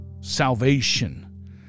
Salvation